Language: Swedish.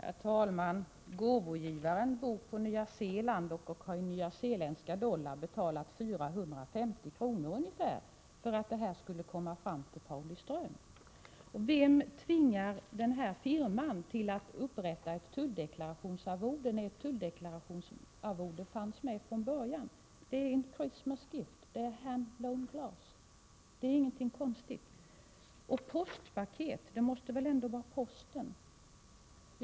Herr talman! Gåvogivaren bor på Nya Zeeland och har i nya zeeländska dollar betalat ungefär 450 kr. för att detta paket skulle komma fram till Järnforsen. Vem tvingar denna firma till att upprätta en tulldeklaration, när tulldeklaration fanns med från början? Det är fråga om ”Christmas gifts, hand blown glass”. Det är inte något konstigt. Det gäller ett postpaket, och då måste det väl ändå vara posten som är berörd.